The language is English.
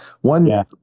One